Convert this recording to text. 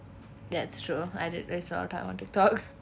that's true I did waste a lot of time on Tik Tok